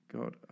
god